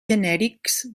genèrics